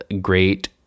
great